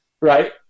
right